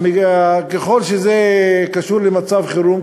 ככל שזה קשור למצב חירום,